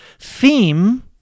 theme